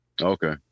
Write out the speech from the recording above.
Okay